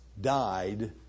died